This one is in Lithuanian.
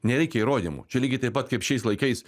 nereikia įrodymų čia lygiai taip pat kaip šiais laikais